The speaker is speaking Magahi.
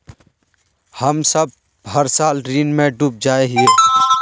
हम सब हर साल ऋण में डूब जाए हीये?